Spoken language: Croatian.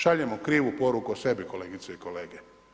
Šaljemo krivu poruku o sebi kolegice i kolege.